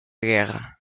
guerra